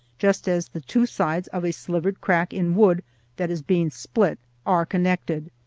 just as the two sides of a slivered crack in wood that is being split are connected.